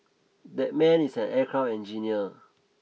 that man is an aircraft engineer